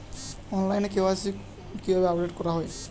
অনলাইনে কে.ওয়াই.সি কিভাবে আপডেট করা হয়?